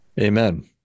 Amen